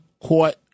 Court